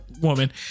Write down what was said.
woman